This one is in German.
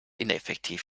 ineffektiv